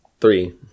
three